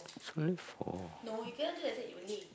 it's only for